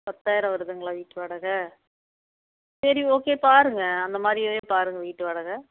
பத்தாயிரம் வருதுங்களா வீட்டு வாடகை சரி ஓகே பாருங்கள் அந்த மாதிரியாவே பாருங்கள் வீட்டு வாடகை